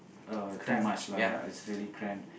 uh too much lah is really cramp